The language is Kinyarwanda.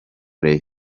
rayon